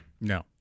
No